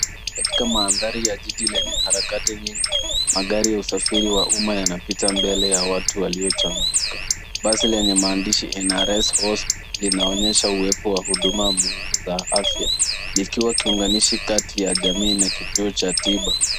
Katika mandhari ya jiji lenye harakati nyingi, magari ya usafiri wa umma yanaita mbele ya watu walichangamka. Basi lenye maandishi Inna Race Horse linaonyesha huduma muhimu za afya likiwa kiunganishi kati ya jamii na kituo cha tiba.